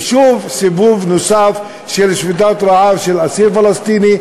ושוב סיבוב נוסף של שביתת רעב של אסיר פלסטיני,